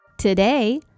Today